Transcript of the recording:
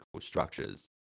structures